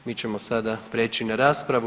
Mi ćemo sada prijeći na raspravu.